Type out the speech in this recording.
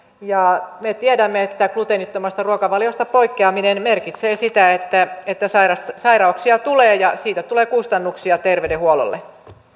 me tiedämme että gluteenittomasta ruokavaliosta poikkeaminen merkitsee sitä että että sairauksia sairauksia tulee ja siitä tulee kustannuksia terveydenhuollolle